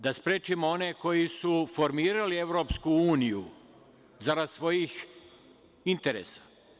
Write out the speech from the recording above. Da sprečimo one koji su formirali EU zarad svojih interesa?